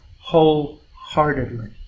wholeheartedly